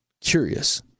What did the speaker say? Curious